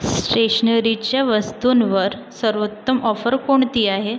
स्टेशनरीच्या वस्तूंवर सर्वोत्तम ऑफर कोणती आहे